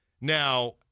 now